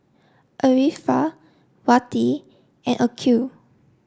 Arifa Wati and Aqil